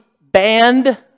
banned